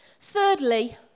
Thirdly